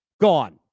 Gone